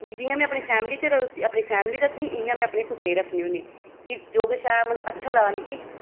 कि जि'यां में अपनी फैमिली च उसी अपनी फैमिली रक्खनी इ'यां में अपने कुत्ते ई रक्खनी होन्नी कि जो किश ऐ मतलब अच्छा लगदा मिगी